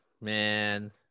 Man